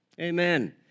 Amen